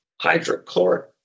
hydrochloric